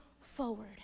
forward